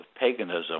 paganism